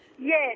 Yes